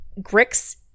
grix